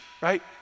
right